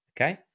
okay